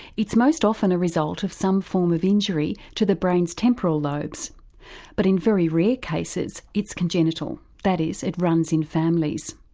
it's most often a result of some form of injury to the brain's temporal lobes but in very rare cases it's congenital that is, it runs in families.